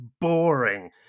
boring